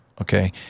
okay